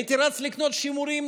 הייתי רץ לקנות שימורים,